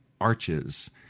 arches